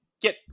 get